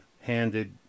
handed